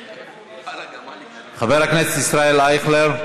חבר הכנסת ישראל אייכלר,